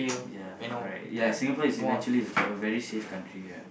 ya correct ya Singapore is eventually a very safe country lah